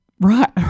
Right